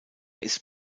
ist